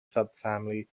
subfamily